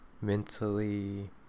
mentally